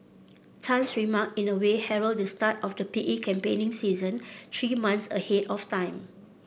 tan's remark in a way herald the start of the P E campaigning season three months ahead of time